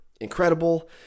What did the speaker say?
incredible